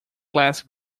class